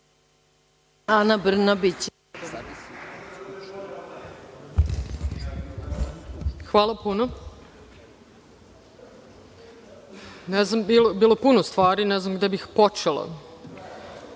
Hvala puno. Bilo je puno stvari. Ne znam gde bih počela.